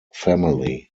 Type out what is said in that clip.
family